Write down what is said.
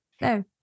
No